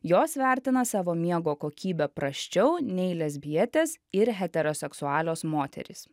jos vertina savo miego kokybę prasčiau nei lesbietės ir heteroseksualios moterys